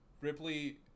ripley